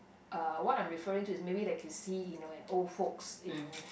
uh what I'm referring to is maybe like you see you know an old folks you know